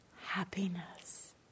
happiness